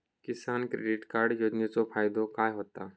किसान credit card योजनेचो फायदो काय होता?